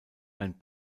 ein